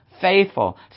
faithful